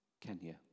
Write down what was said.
Kenya